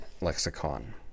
lexicon